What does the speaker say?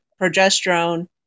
progesterone